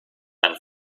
and